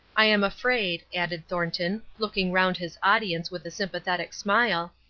i am afraid, added thornton, looking round his audience with a sympathetic smile,